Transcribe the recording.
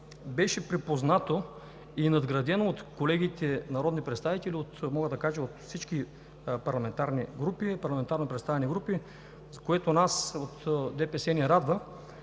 беше припознато и надградено от колегите народни представители, мога да кажа от всички парламентарно представени групи, което нас от ДПС ни радва.